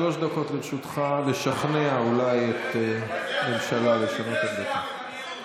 שלוש דקות לרשותך לשכנע אולי את הממשלה לשנות את דעתה.